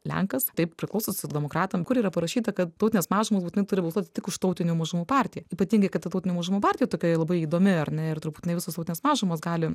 lenkas taip priklauso socialdemokratam kur yra parašyta kad tautinės mažumos būtinai turi balsuoti tik už tautinių mažumų partiją ypatingai kad ta tautinių mažumų partija tokia labai įdomi ar ne ir turbūt ne visos tautinės mažumos gali